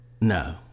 No